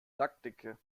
lackdicke